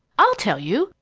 i'll tell you!